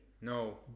No